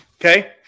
Okay